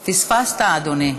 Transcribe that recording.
פספסת, אדוני.